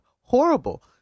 horrible